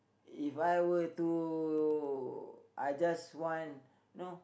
If I were to I just want you know